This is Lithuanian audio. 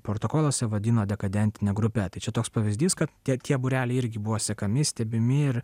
protokoluose vadino dekadentine grupe tai čia toks pavyzdys kad tie tie būreliai irgi buvo sekami stebimi ir